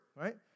right